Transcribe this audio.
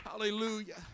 Hallelujah